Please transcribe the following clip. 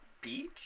beach